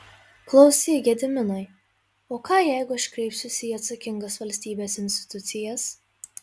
klausyk gediminai o ką jeigu aš kreipsiuosi į atsakingas valstybės institucijas